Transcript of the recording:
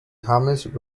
james